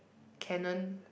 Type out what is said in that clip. canon